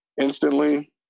instantly